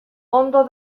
ondo